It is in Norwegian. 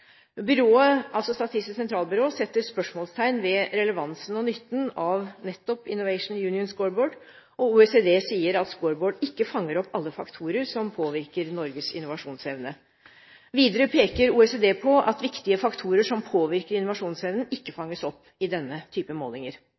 Statistisk sentralbyrå setter spørsmålstegn ved relevansen og nytten av nettopp Innovation Union Scoreboard, og OECD sier at Scoreboard ikke fanger opp alle faktorer som påvirker Norges innovasjonsevne. Videre peker OECD på at viktige faktorer som påvirker innovasjonsevnen, ikke fanges opp i denne type målinger.